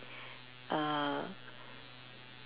err